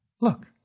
Look